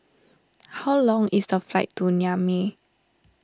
how long is the flight to Niamey